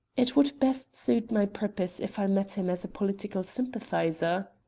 it would best suit my purpose if i met him as a political sympathiser.